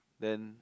then